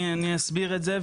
אני אסביר את זה,